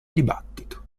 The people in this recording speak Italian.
dibattito